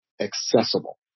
accessible